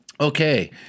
Okay